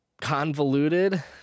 convoluted